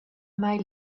mei